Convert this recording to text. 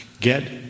get